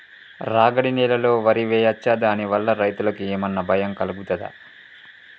రాగడి నేలలో వరి వేయచ్చా దాని వల్ల రైతులకు ఏమన్నా భయం కలుగుతదా?